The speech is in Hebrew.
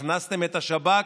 הכנסתם את השב"כ,